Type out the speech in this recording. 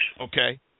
Okay